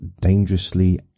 dangerously